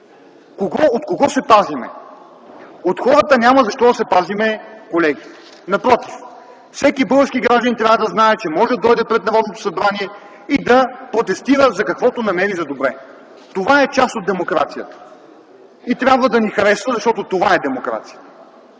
От кого се пазим? От хората няма защо да се пазим, колеги! Напротив, всеки български гражданин трябва да знае, че може да дойде пред Народното събрание и да протестира за каквото намери за добре. Това е част от демокрацията и трябва да ни харесва, защото това е демокрацията.